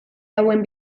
hauen